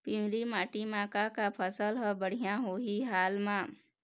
पिवरी माटी म का का फसल हर बढ़िया होही हाल मा?